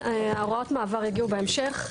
הוראות המעבר יגיעו בהמשך.